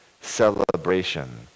celebration